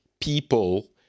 people